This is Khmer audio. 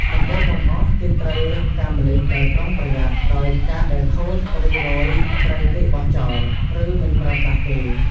ដំបូងបង្អស់ គេត្រូវរើសផ្កាម្លិះដោយប្រុងប្រយ័ត្ន ដោយផ្កាដែលខូច ឬរោយត្រូវគេបោះចោល ឬមិនប្រើប្រាស់ទេ។